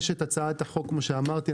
יש את הצעת החוק כמו שאמרתי,